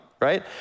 right